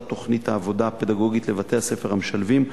תוכנית העבודה הפדגוגית לבתי-הספר המשלבים,